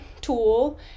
tool